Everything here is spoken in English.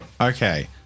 Okay